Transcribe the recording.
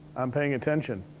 i'm paying attention.